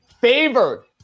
favored